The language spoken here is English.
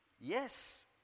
Yes